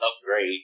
upgrade